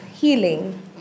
healing